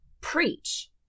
preach